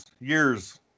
years